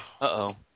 Uh-oh